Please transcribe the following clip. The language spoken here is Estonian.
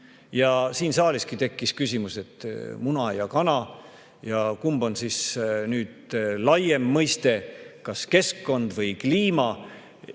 Siin saaliski tekkis küsimus, et muna ja kana, et kumb on laiem mõiste, kas keskkond või kliima.